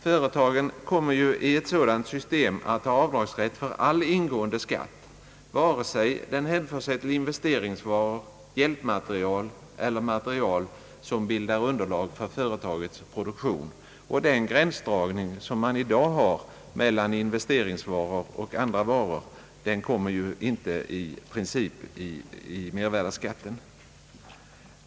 Företagen kommer ju i ett sådant system att ha avdragsrätt för all ingående skatt, vare sig den hänför sig till investeringsvaror, hjälpmaterial eller material som bildar underlag för företagets produktion. Den gränsdragning som man i dag har mellan investeringsvaror och andra varor kommer ju inte i princip att finnas i mervärdeskatten.